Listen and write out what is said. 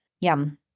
Yum